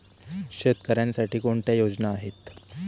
शेतकऱ्यांसाठी कोणत्या योजना आहेत?